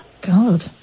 God